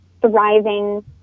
thriving